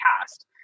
cast